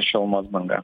šilumos banga